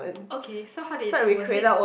okay so how did was it